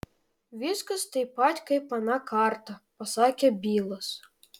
viskas taip pat kaip aną kartą pasakė bilas